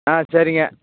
ஆ சரிங்க